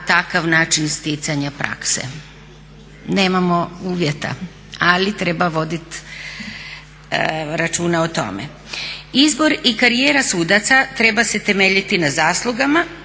Nemamo uvjeta, ali treba vodit računa o tome. Izbor i karijera sudaca treba se temeljiti na zaslugama,